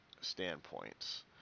standpoints